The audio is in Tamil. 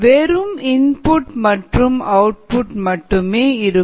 வெறும் இன்புட் மற்றும் அவுட்புட் மட்டுமே இருக்கும்